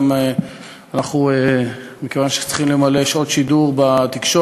גם מכיוון שאנחנו צריכים למלא שעות שידור בתקשורת,